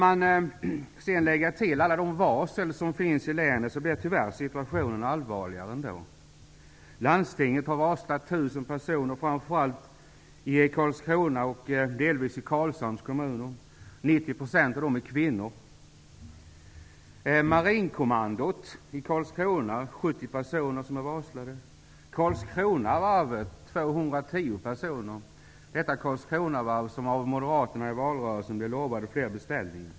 Lägger man sedan till alla de varsel som har utfärdats i länet, blir situationen ännu allvarligare. Landstinget har varslat 1 000 personer, framför allt i Karlskrona och och delvis i Karlshamn. 90 % av de varslade är kvinnor. Marinkommandot i Karlskronavarvet har varslat 210 personer, detta varv som av Moderaterna i valrörelsen blev lovat fler beställningar.